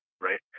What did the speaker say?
right